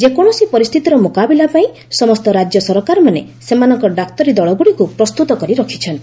ଯେକୌଣସି ପରିସ୍ଥିତିର ମୁକାବିଲା ପାଇଁ ସମସ୍ତ ରାଜ୍ୟ ସରକାରମାନେ ସେମାନଙ୍କ ଡାକ୍ତରୀ ଦଳଗୁଡ଼ିକୁ ପ୍ରସ୍ତୁତ କରି ରଖିଛନ୍ତି